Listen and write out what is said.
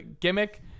gimmick